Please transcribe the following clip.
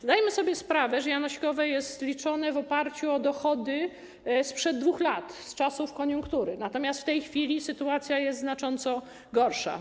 Zdajemy sobie sprawę, że janosikowe jest liczone w oparciu o dochody sprzed 2 lat, z czasów koniunktury, natomiast w tej chwili sytuacja jest znacząco gorsza.